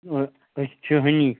أسۍ چھِ ہنی